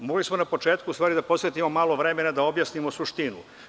Mogli smo na početku u stvari da posvetimo malo vremena da objasnimo suštinu.